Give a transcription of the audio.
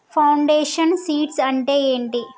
Foundation seeds అంటే ఏంటి?